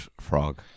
frog